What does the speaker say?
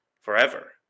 forever